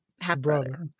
half-brother